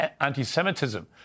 anti-Semitism